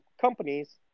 Companies